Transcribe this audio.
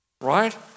Right